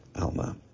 Alma